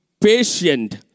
patient